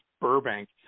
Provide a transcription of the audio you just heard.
Burbank